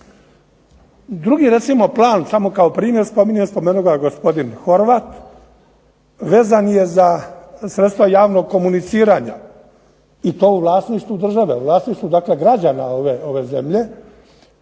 Drugi recimo plan samo kao primjer, spomenuo ga je gospodin Horvat vezan je za sredstva javnog komuniciranja i to u vlasništvu države, vlasništvu dakle građana ove zemlje.